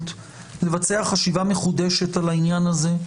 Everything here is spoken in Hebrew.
לבצע חשיבה מחודשת על העניין הזה.